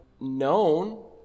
known